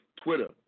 Twitter